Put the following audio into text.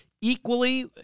equally